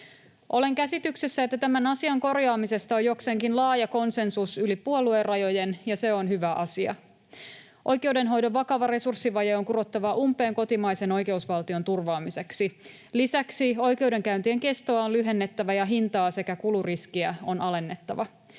siinä käsityksessä, että tämän asian korjaamisesta on jokseenkin laaja konsensus yli puoluerajojen, ja se on hyvä asia. Oikeudenhoidon vakava resurssivaje on kurottava umpeen kotimaisen oikeusvaltion turvaamiseksi. Lisäksi oikeudenkäyntien kestoa on lyhennettävä ja hintaa sekä kuluriskiä alennettava.